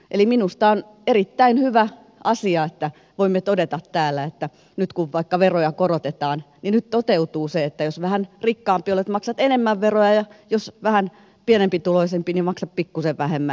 eli minusta on erittäin hyvä asia että voimme todeta täällä että nyt kun vaikka veroja korotetaan niin nyt toteutuu se että jos vähän rikkaampi olet maksat enemmän veroja ja jos vähän pienempituloisempi niin maksat pikkuisen vähemmän